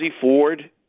Ford